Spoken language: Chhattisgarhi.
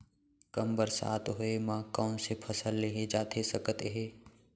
कम बरसात होए मा कौन से फसल लेहे जाथे सकत हे?